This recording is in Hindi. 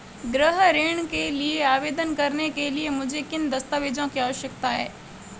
गृह ऋण के लिए आवेदन करने के लिए मुझे किन दस्तावेज़ों की आवश्यकता है?